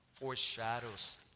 foreshadows